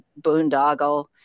boondoggle